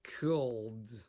cold